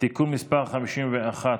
(תיקון מס' 51,